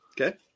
okay